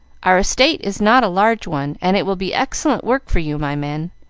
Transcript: our estate is not a large one, and it will be excellent work for you, my men.